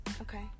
Okay